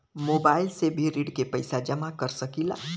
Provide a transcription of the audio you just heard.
Mobile से भी ऋण के पैसा जमा कर सकी ला?